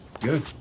Good